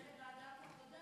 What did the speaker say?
בוועדת העבודה.